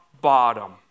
bottom